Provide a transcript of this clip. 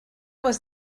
was